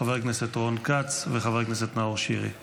של חבר הכנסת רון כץ וחבר הכנסת נאור שירי ברצף,